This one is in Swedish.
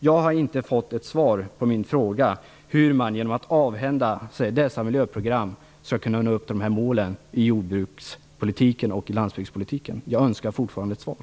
Jag har inte fått något svar på min fråga hur man genom att avhända sig dessa miljöprogram skall kunna nå upp till de här målen i jordbruks och landsbygdspolitiken. Jag önskar fortfarande få ett svar.